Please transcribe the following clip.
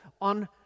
on